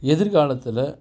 எதிர்காலத்தில்